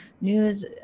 news